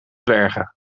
dwergen